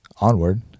Onward